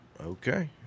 Okay